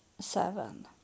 seven